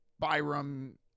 Byram